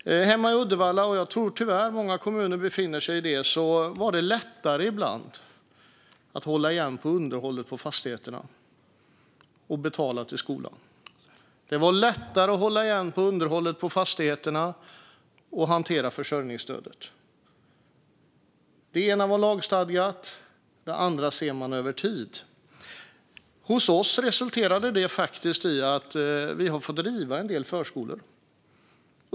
Hemma i Uddevalla var det ibland lättare att hålla igen på underhållet av fastigheterna och betala till skolan och hantera försörjningsstödet. Det ena såg man över tid medan det andra var lagstadgat. Hos oss resulterade detta i att vi fick riva en del förskolor.